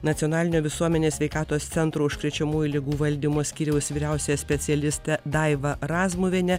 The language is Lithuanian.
nacionalinio visuomenės sveikatos centro užkrečiamųjų ligų valdymo skyriaus vyriausiąją specialistę daivą razmuvienę